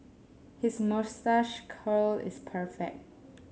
his moustache curl is perfect